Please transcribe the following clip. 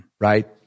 Right